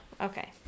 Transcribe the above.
okay